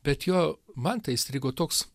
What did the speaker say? bet jo man tai įstrigo toks